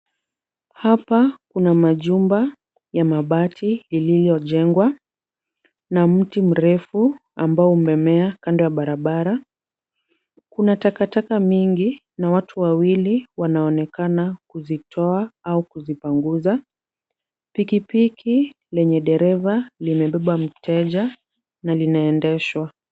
Hapa kuna majumba ya mabati iliyojengwa na mti mrefu ambao umemea kando ya barabara. Kuna takataka mingi na watu wawili wanaonekana kuzitoa au kuzipanguza. Pikipiki lenye dereva limebeba mteja na linaendeshwa.